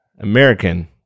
American